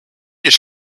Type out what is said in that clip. just